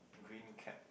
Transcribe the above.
green cap